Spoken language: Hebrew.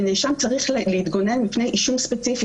ונאשם צריך להתגונן מפני אישום ספציפי,